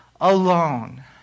alone